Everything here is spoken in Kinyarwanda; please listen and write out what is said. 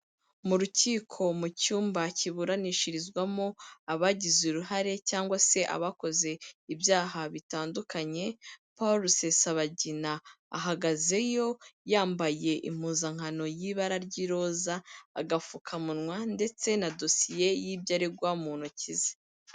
Mu rukiko mu cyumba kiburanishirizwamo abagize uruhare cyangwa se abakoze ibyaha bitandukanye, Paul Rusesabagina ahagazeyo yambaye impuzankano y'ibara ry'iroza, agapfukamunwa ndetse na dosiye y'ibyo aregwa mu ntoki ze.